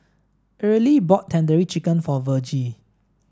Arely bought Tandoori Chicken for Vergie